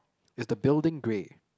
is the building grey